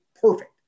perfect